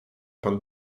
pan